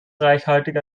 reichhaltig